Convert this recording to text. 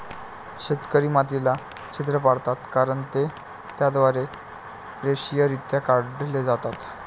शेतकरी मातीला छिद्र पाडतात कारण ते त्याद्वारे रेषीयरित्या काढले जातात